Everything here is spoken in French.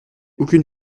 aucune